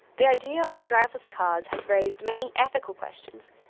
the idea of driverless cars has raised many ethical questions,